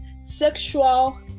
sexual